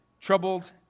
troubled